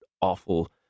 awful